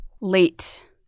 Late